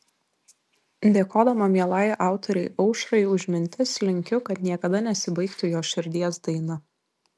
dėkodama mielai autorei aušrai už mintis linkiu kad niekada nesibaigtų jos širdies daina